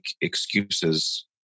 excuses